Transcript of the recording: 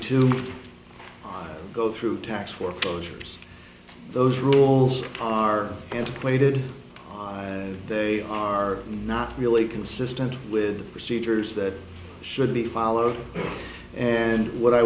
to go through tax foreclosures those rules are antiquated they are not really consistent with the procedures that should be followed and what i